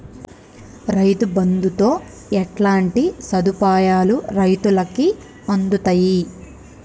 రైతు బంధుతో ఎట్లాంటి సదుపాయాలు రైతులకి అందుతయి?